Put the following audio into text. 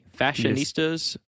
fashionistas